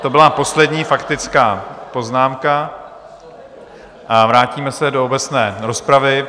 To byla poslední faktická poznámka a vrátíme se do obecné rozpravy.